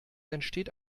entsteht